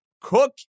Cook